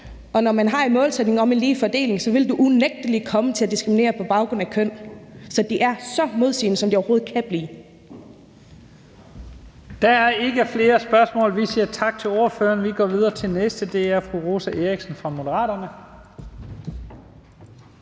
og når man har en målsætning om en ligelig fordeling, vil man unægtelig komme til at diskriminere på baggrund af køn. Så det er så selvmodsigende, som det overhovedet kan blive. Kl. 15:57 Første næstformand (Leif Lahn Jensen): Der er ikke flere spørgsmål. Vi siger tak til ordføreren. Vi går videre til den næste, og det er fru Rosa Eriksen fra Moderaterne.